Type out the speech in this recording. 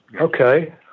Okay